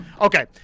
Okay